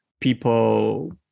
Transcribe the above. People